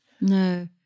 no